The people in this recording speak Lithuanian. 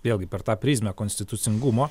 vėlgi per tą prizmę konstitucingumo